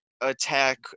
attack